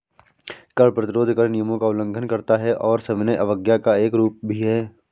कर प्रतिरोध कर नियमों का उल्लंघन करता है और सविनय अवज्ञा का एक रूप भी है